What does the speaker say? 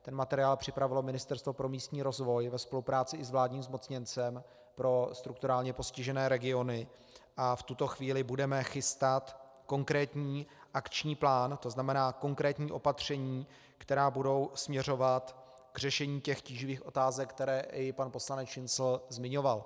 Ten materiál připravilo Ministerstvo pro místní rozvoj ve spolupráci i s vládním zmocněncem pro strukturálně postižené regiony a v tuto chvíli budeme chystat konkrétní akční plán, to znamená konkrétní opatření, která budou směřovat k řešení těch tíživých otázek, které i pan poslanec Šincl zmiňoval.